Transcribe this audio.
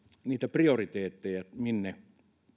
niitä prioriteetteja minne